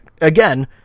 again